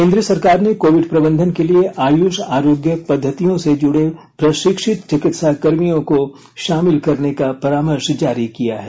केंद्र सरकार ने कोविड प्रबंधन के लिए आयुष आरोग्य पद्धतियों से जुडे प्रशिक्षित चिकित्साकर्मियों को शामिल करने का परामर्श जारी किया है